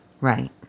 Right